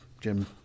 jim